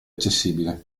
accessibile